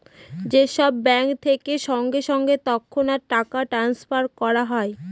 যে সব ব্যাঙ্ক থেকে সঙ্গে সঙ্গে তৎক্ষণাৎ টাকা ট্রাস্নফার করা হয়